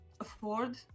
afford